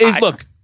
look